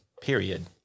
Period